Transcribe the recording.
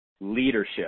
Leadership